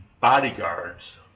bodyguards